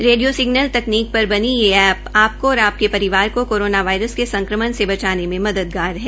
radio signal तकनकी पर बनी यह एप्प आपको और आपके परिवार को कोरोना वायरस के संक्रमण से बचाने में मददगार है